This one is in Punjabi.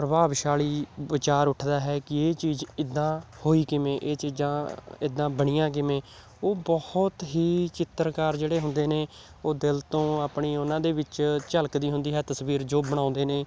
ਪ੍ਰਭਾਵਸ਼ਾਲੀ ਵਿਚਾਰ ਉੱਠਦਾ ਹੈ ਕਿ ਇਹ ਚੀਜ਼ ਇੱਦਾਂ ਹੋਈ ਕਿਵੇਂ ਇਹ ਚੀਜ਼ਾਂ ਇੱਦਾਂ ਬਣੀਆਂ ਕਿਵੇਂ ਉਹ ਬਹੁਤ ਹੀ ਚਿੱਤਰਕਾਰ ਜਿਹੜੇ ਹੁੰਦੇ ਨੇ ਉਹ ਦਿਲ ਤੋਂ ਆਪਣੀ ਉਹਨਾਂ ਦੇ ਵਿੱਚ ਝਲਕਦੀ ਹੁੰਦੀ ਆ ਤਸਵੀਰ ਜੋ ਬਣਾਉਂਦੇ ਨੇ